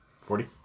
Forty